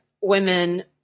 women